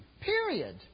Period